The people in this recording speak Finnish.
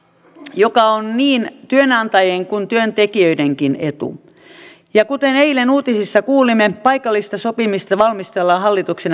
joka on niin työnantajien kuin työntekijöidenkin etu ja kuten eilen uutisista kuulimme paikallista sopimista valmistellaan hallituksen